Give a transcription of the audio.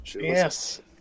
Yes